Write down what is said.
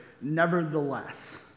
Nevertheless